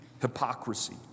hypocrisy